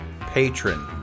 patron